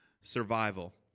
survival